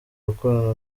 gukorana